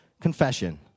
confession